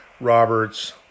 Roberts